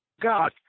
God